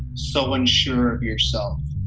so unsure of yourself.